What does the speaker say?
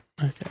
Okay